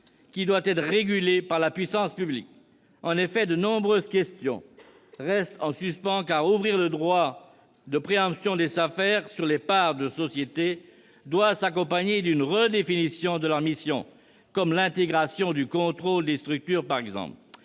commun, régulé par la puissance publique. De nombreuses questions restent en suspens. Ouvrir le droit de préemption des SAFER sur les parts de société doit s'accompagner d'une redéfinition de leurs missions, comme l'intégration du contrôle des structures. Il